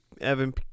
evan